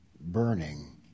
burning